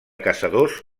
caçadors